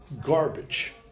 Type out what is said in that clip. garbage